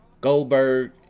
Goldberg